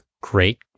great